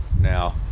now